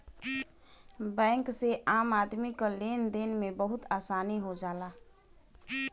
bank से आम आदमी क लेन देन में बहुत आसानी हो जाला